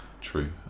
True